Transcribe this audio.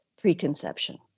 preconception